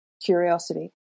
curiosity